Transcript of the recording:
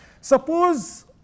Suppose